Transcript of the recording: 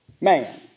man